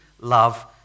love